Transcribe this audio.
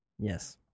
Yes